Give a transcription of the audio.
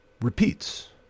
repeats